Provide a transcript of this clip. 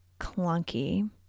clunky